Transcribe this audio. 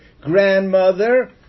grandmother